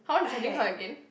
how much you charging her again